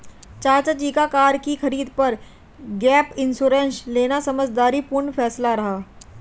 चाचा जी का कार की खरीद पर गैप इंश्योरेंस लेना समझदारी पूर्ण फैसला रहा